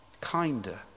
kinder